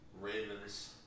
Ravens